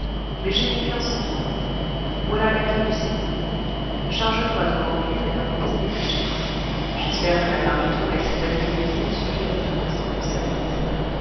mais j'ai confiance en toi voilà la clef du cellier charge-toi de remplir et d'apporter les pichets j'espère que la mariton et ses aides de cuisine suffiront au restant du service